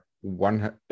one